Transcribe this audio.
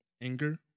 anger